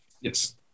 Yes